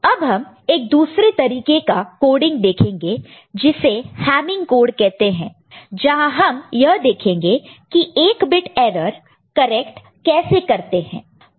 अब हम एक दूसरी तरीके का कोडिंग देखेंगे जिसे हैमिंग कोड कहते हैं जहां हम यह देखेंगे कि 1 बिट एरर करेक्ट कैसे करते हैं